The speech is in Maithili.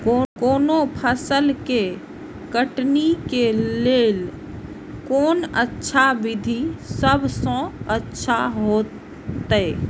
कोनो फसल के कटनी के लेल कोन अच्छा विधि सबसँ अच्छा होयत?